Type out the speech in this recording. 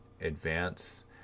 advance